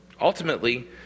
Ultimately